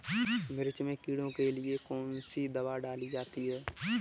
मिर्च में कीड़ों के लिए कौनसी दावा डाली जाती है?